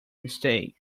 mistake